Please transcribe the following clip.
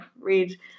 Read